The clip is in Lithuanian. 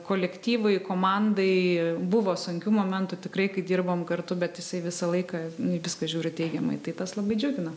kolektyvui komandai buvo sunkių momentų tikrai kai dirbom kartu bet jisai visą laiką į viską žiūri teigiamai tai tas labai džiugina